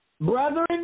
Brethren